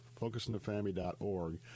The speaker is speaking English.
FocusOnTheFamily.org